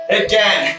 again